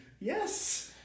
Yes